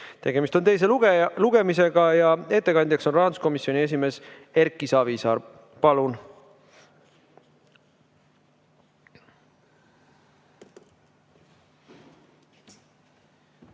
Tegemist on teise lugemisega. Ettekandja on rahanduskomisjoni esimees Erki Savisaar. Palun!